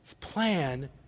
plan